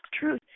truth